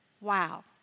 Wow